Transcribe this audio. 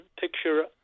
picture